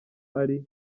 ari